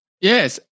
yes